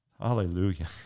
hallelujah